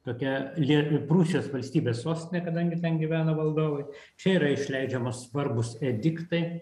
tokia lie prūsijos valstybės sostinė kadangi ten gyveno valdovai čia yra išleidžiama svarbūs ediktai